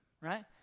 right